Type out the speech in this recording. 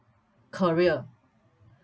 career